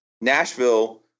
Nashville